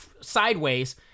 sideways